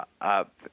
up